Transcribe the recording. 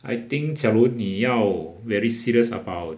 I think 假如你要 very serious about